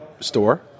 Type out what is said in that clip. store